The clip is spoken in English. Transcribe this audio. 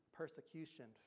persecution